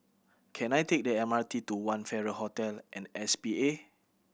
can I take the M R T to One Farrer Hotel and S P A